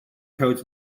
codes